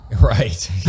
Right